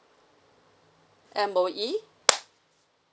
M_O_E